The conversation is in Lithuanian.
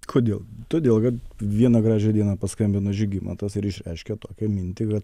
kodėl todėl kad vieną gražią dieną paskambino žygimantas ir išreiškė tokią mintį kad